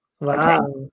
Wow